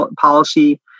policy